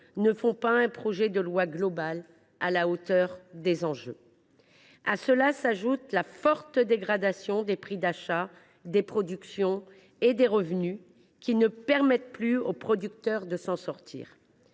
ne font pas une loi globale à la hauteur des enjeux. À cela s’ajoute la forte dégradation du prix d’achat des productions et des revenus, qui ne permet plus aux producteurs de s’en sortir.